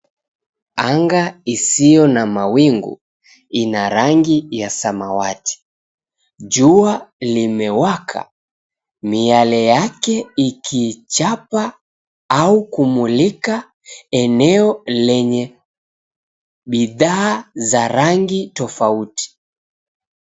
Anga isio na mawingu ina rangi ya samawati. Jua imewaka miale yake ikichapa au kumulika eneo lenye bidhaa za rangi tofauti.